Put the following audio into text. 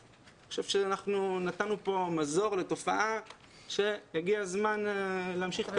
אני חושב שנתנו כאן מזור לתופעה שהגיע הזמן להמשיך קדימה.